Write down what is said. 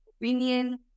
opinion